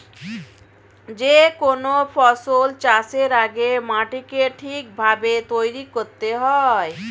যে কোনো ফসল চাষের আগে মাটিকে ঠিক ভাবে তৈরি করতে হয়